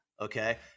Okay